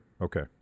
okay